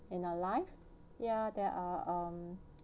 in our life ya they are um